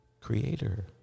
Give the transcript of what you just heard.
creator